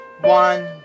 one